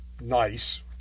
nice